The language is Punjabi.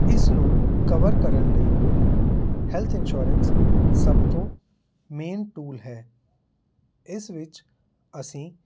ਇਸ ਨੂੰ ਕਵਰ ਕਰਨ ਲਈ ਹੈਲਥ ਇੰਸ਼ੋਰੈਂਸ ਸਭ ਤੋਂ ਮੇਨ ਟੂਲ ਹੈ ਇਸ ਵਿੱਚ ਅਸੀਂ